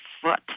foot